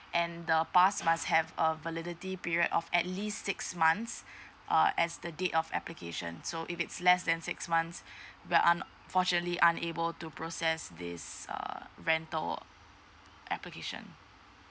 and the pass must have a validity period of at least six months uh as the date of application so if it's less than six months we're unfortunately unable to process this err rental application